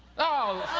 oh,